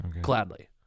Gladly